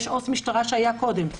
יש אות משטרה שהיה קודם,